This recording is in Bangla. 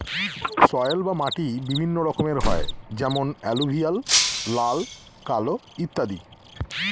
সয়েল বা মাটি বিভিন্ন রকমের হয় যেমন এলুভিয়াল, লাল, কালো ইত্যাদি